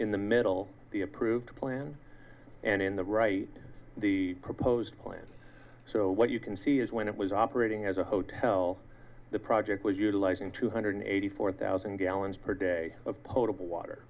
in the middle the approved plan and in the right the proposed plan so what you can see is when it was operating as a hotel the project was utilizing two hundred eighty four thousand gallons per day of potable water